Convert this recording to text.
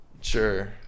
sure